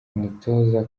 umutoza